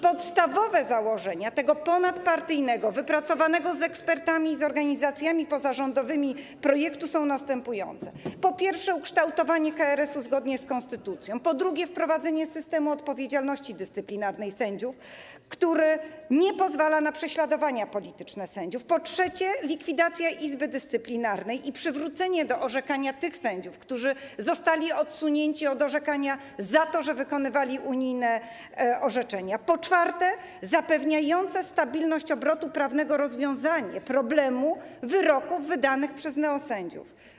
Podstawowe założenia tego ponadpartyjnego, wypracowanego z ekspertami i z organizacjami pozarządowymi projektu są następujące: po pierwsze, ukształtowanie KRS zgodnie z konstytucją, po drugie, wprowadzenie systemu odpowiedzialności dyscyplinarnej sędziów, który nie pozwala na prześladowania polityczne sędziów, po trzecie, likwidacja Izby Dyscyplinarnej i przywrócenie do orzekania tych sędziów, którzy zostali odsunięci od orzekania za to, że wykonywali unijne orzeczenia, po czwarte, zapewniające stabilność obrotu prawnego rozwiązanie problemu wyroków wydanych przez neosędziów.